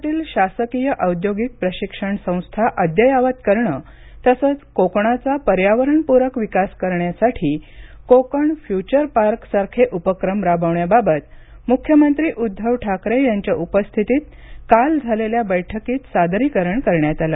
राज्यातील शासकीय औद्योगिक प्रशिक्षण संस्था अद्ययावत करण तसंच कोकणाचा पर्यावरणप्रक विकास करण्यासाठी कोकण फ्यूचर पार्क ंसारखे उपक्रम राबविण्याबाबत मुख्यमंत्री उद्धव ठाकरे यांच्या प्रमुख उपस्थितीत काल झालेल्या बैठकीत सादरीकरण करण्यात आले